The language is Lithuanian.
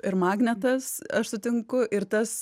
ir magnetas aš sutinku ir tas